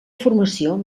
formació